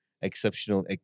exceptional